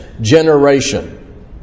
generation